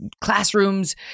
classrooms